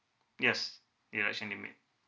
yes deduction limit